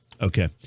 Okay